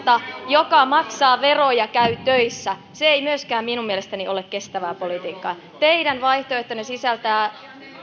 joka maksaa veroja ja käy töissä ei myöskään minun mielestäni ole kestävää politiikkaa teidän vaihtoehtonne sisältää